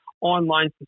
online